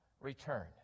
return